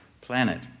planet